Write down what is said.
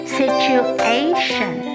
situation